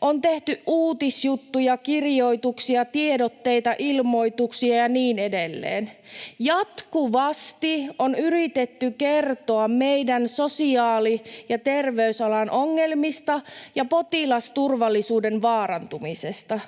On tehty uutisjuttuja, kirjoituksia, tiedotteita, ilmoituksia ja niin edelleen. Jatkuvasti on yritetty kertoa meidän sosiaali- ja terveysalan ongelmista ja potilasturvallisuuden vaarantumisesta.